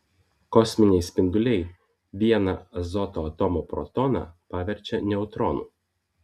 kosminiai spinduliai vieną azoto atomo protoną paverčia neutronu